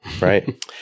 Right